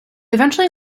eventually